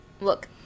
Look